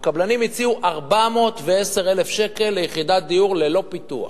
הקבלנים הציעו 410,000 שקל ליחידת דיור ללא פיתוח.